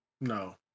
No